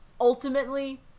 ultimately